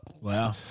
wow